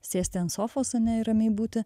sėsti ant sofos ane ir ramiai būti